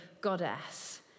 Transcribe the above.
goddess